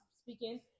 speaking